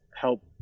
help